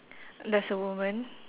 there's a woman